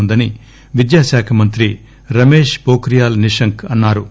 వుందని విద్యాశాఖ మంత్రి రమేష్ ఏోక్రియాల్ నిశాంక్ అన్నా రు